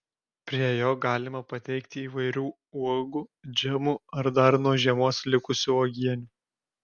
prie jo galima pateikti įvairių uogų džemų ar dar nuo žiemos likusių uogienių